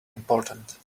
important